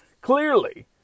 clearly